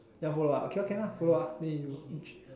you want follow ah okay lor can ah follow ah then you